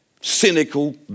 cynical